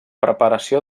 preparació